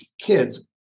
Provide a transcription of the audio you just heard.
kids